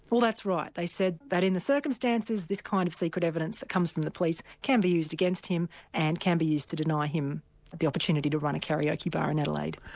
well that's right. they said that in the circumstances this kind of secret evidence that comes from the police can be used against him and can be used to deny him the opportunity to run a karaoke bar in adelaide.